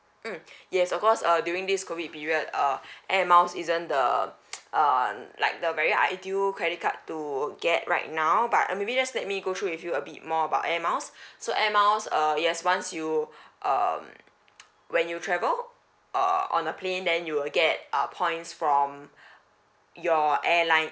mm yes of course uh during this COVID period uh air miles isn't the uh like the very ideal credit card to get right now but uh maybe just let me go through with you a bit more about air miles so air miles err yes once you err when you travel err on the plane then you will get err points from your airline